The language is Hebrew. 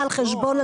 לא.